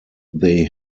they